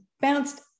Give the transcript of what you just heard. bounced